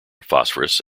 phosphorus